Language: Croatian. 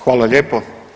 Hvala lijepo.